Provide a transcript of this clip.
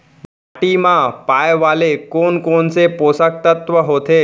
माटी मा पाए वाले कोन कोन से पोसक तत्व होथे?